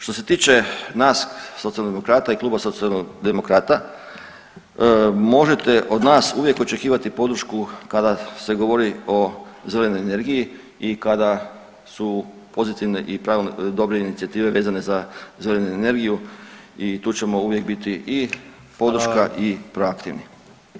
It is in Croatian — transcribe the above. Što se tiče nas Socijaldemokrata i kluba Socijaldemokrata možete od nas uvijek očekivati podršku kada se govori o zelenoj energiji i kada su pozitivne i dobre inicijative vezane za zelenu energiju i tu ćemo uvijek biti i podrška i proaktivni.